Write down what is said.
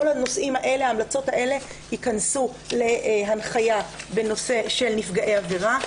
כל ההמלצות הללו ייכנסו להנחיה בנושא של נפגעי עבירה.